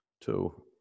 two